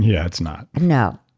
yeah, it's not. and no.